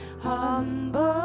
humble